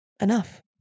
enough